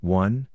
one